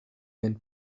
peine